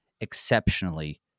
exceptionally